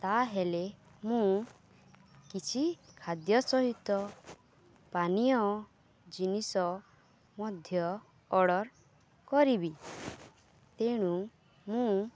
ତାହେଲେ ମୁଁ କିଛି ଖାଦ୍ୟ ସହିତ ପାନୀୟ ଜିନିଷ ମଧ୍ୟ ଅର୍ଡ଼ର କରିବି ତେଣୁ ମୁଁ